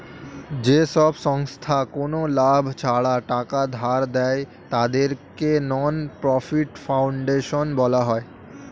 যেসব সংস্থা কোনো লাভ ছাড়া টাকা ধার দেয়, তাদেরকে নন প্রফিট ফাউন্ডেশন বলা হয়